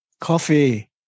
Coffee